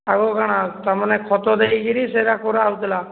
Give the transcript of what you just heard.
ଆଗରୁ କାଣା ତମାନେ ଖତ ଦେଇକରି ସେରା କରା ହେଉଥିଲା